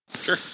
Sure